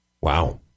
wow